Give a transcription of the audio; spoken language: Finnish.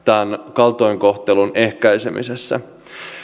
kaltoinkohtelun ehkäisemissä